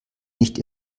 nicht